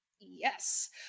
Yes